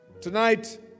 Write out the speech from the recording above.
Tonight